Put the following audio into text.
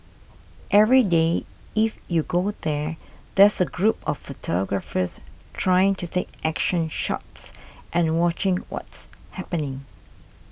every day if you go there there's a group of photographers trying to take action shots and watching what's happening